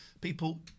people